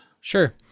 sure